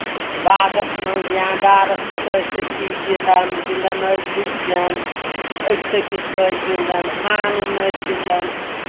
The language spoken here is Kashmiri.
باغس منٛز یا ڈارَس پؠٹھ ٲسۍ تٔتھی بِہن گِنٛدان ٲسۍ دُچؠن أسۍ تھٔپِس ٲسۍ گِنٛدان کھنان ٲسۍ گِنٛدان